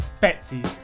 Betsy's